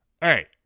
Hey